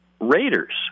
Raiders